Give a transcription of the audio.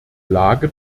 lage